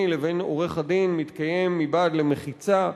לבין עורך-הדין מתקיים מבעד למחיצה,